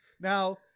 Now